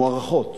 מוערכות.